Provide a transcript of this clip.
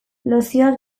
lozioak